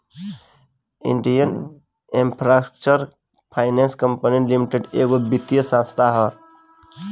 Indian infrastructure finance company limited एगो वित्तीय संस्था ह